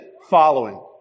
following